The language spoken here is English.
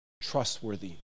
trustworthy